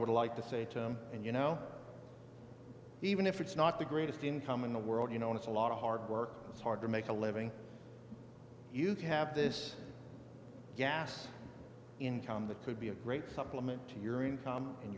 would like to say to them and you know even if it's not the greatest income in the world you know it's a lot of hard work it's hard to make a living you'd have this gas income that could be a great supplement to your income